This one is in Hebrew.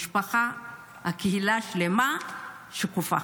משפחה, וקהילה שלמה, שקופה.